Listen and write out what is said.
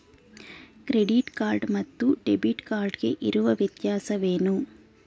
Credit card ಮತ್ತು debit card ಗೆ ಇರುವ ವ್ಯತ್ಯಾಸವೇನು?